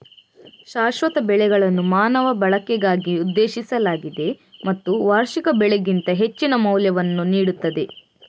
ಶಾಶ್ವತ ಬೆಳೆಗಳನ್ನು ಮಾನವ ಬಳಕೆಗಾಗಿ ಉದ್ದೇಶಿಸಲಾಗಿದೆ ಮತ್ತು ವಾರ್ಷಿಕ ಬೆಳೆಗಳಿಗಿಂತ ಹೆಚ್ಚಿನ ಮೌಲ್ಯವನ್ನು ನೀಡುತ್ತದೆ